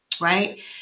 right